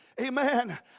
Amen